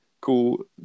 cool